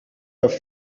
have